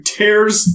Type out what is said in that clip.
tears